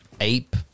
ape